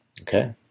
Okay